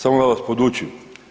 Samo da vas podučim.